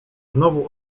znowu